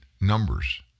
numbers